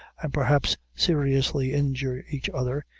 and, perhaps, seriously injure each other,